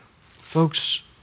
Folks